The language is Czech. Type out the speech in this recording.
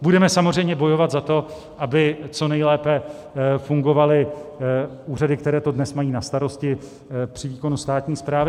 Budeme samozřejmě bojovat za to, aby co nejlépe fungovaly úřady, které to dnes mají na starosti při výkonu státní správy.